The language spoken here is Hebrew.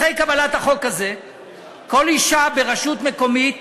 אחרי קבלת החוק הזה כל אישה ברשות מקומית